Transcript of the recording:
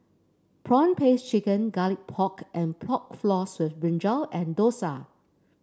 prawn paste chicken Garlic Pork and Pork Floss with brinjal and dosa